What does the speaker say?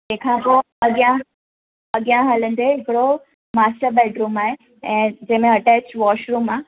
तंहिंखां पोइ अॻियां अॻियां हलंदे हिकिड़ो मास्टर बेडरुम आहे ऐं जंहिं में अटेच वॉशरुम आहे